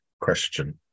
question